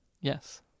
Yes